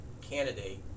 candidate